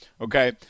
Okay